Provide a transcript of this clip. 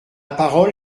parole